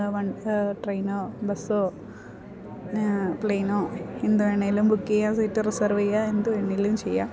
one ട്രെയിനോ ബസ്സോ പ്ലെയിനോ എന്ത് വേണേലും ബുക്ക് ചെയ്യാം സീറ്റ് റിസർവ് ചെയ്യാൻ എന്ത് വേണേലും ചെയ്യാം